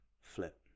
flip